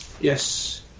yes